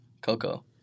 Coco